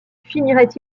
finirait